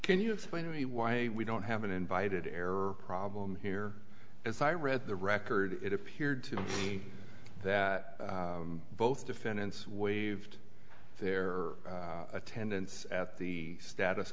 can you explain to me why we don't have an invited error problem here as i read the record it appeared to me that both defendants waived their attendance at the status